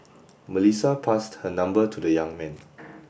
Melissa passed her number to the young man